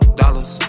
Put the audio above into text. dollars